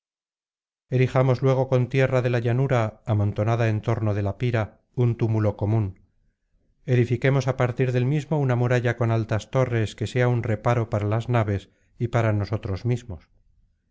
erijamos luego con tierra de la llanura amontonada en torno de la pira un túmulo común edifiquemos á partir del mismo una muralla con altas torres que sea un reparo para las naves y para nosotros mismos